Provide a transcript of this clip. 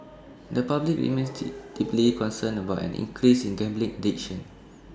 the public remains deep deeply concerned about an increase in gambling addiction